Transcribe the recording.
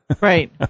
Right